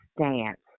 stance